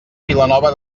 vilanova